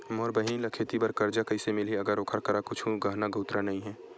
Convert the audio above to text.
मोर बहिनी ला खेती बार कर्जा कइसे मिलहि, अगर ओकर करा कुछु गहना गउतरा नइ हे?